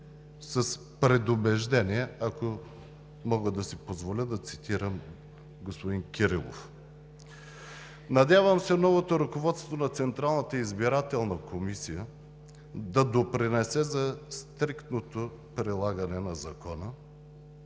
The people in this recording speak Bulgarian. с предубеждение, ако мога да си позволя да цитирам господин Кирилов. Надявам се новото ръководство на Централната избирателна комисия да допринесе за стриктното прилагане на закона